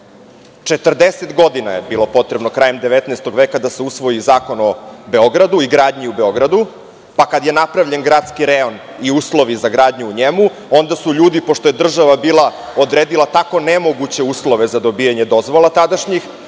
19. veka je bilo potrebno 40 godina da se usvoji Zakon o Beogradu i gradnji u Beogradu, pa kad je napravljen gradski rejon i uslovi za gradnju u njemu, onda su ljudi, pošto je država odredila tako nemoguće uslove za dobijanje dozvola tadašnjih,